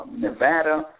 Nevada